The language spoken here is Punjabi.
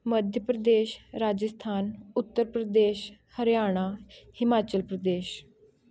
ਮੱਧ ਪ੍ਰਦੇਸ਼ ਰਾਜਸਥਾਨ ਉੱਤਰ ਪ੍ਰਦੇਸ਼ ਹਰਿਆਣਾ ਹਿਮਾਚਲ ਪ੍ਰਦੇਸ਼